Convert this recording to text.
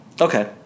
Okay